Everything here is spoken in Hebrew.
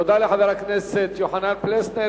תודה לחבר הכנסת יוחנן פלסנר.